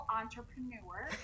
entrepreneur